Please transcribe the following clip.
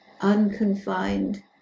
unconfined